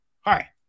hi